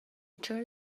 turn